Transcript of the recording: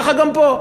ככה גם פה.